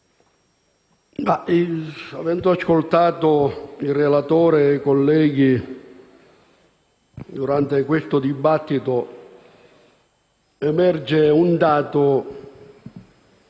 aver ascoltato il relatore e i colleghi in questo dibattito, emerge un dato un